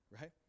right